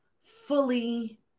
fully